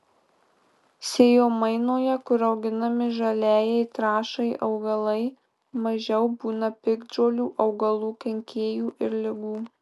sėjomainoje kur auginami žaliajai trąšai augalai mažiau būna piktžolių augalų kenkėjų ir ligų